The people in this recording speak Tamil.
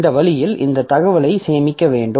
இந்த வழியில் இந்த தகவலை சேமிக்க வேண்டும்